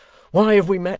why have we met!